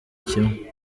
kimwe